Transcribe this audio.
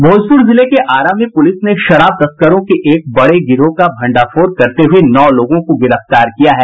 भोजपुर जिले के आरा में पुलिस ने शराब तस्करों के एक बड़े गिरोह का भंडाफोड़ करते हुए नौ लोगों को गिरफ्तार किया है